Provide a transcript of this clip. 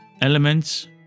elements